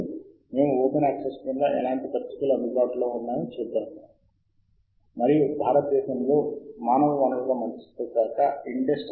ఆపై లాగిన్ అయిన తర్వాత మనము ఒక అంశము పై శ్రద్ధ పెట్టాలి జాబితాలు అన్నీ మనం ఎంచుకోగల శీర్షికలతో పేరు పెట్టబడ్డాయా లేదా అని మనము సేకరించే సూచనల సమితి కై అవి అర్ధవంతంగా ఉండాలి